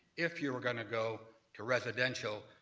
if you were going to go to residential,